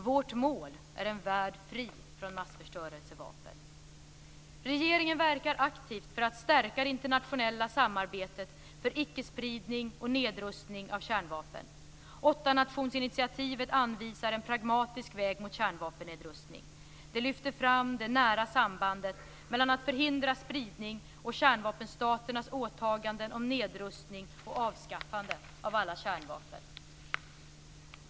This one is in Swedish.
Vårt mål är en värld fri från massförstörelsevapen. Regeringen verkar aktivt för att stärka det internationella samarbetet för icke-spridning och nedrustning av kärnvapen. Åttanationsinitiativet anvisar en pragmatisk väg mot kärnvapennedrustning. Det lyfter fram det nära sambandet mellan att förhindra spridning och kärnvapenstaternas åtaganden om nedrustning och avskaffande av alla kärnvapen.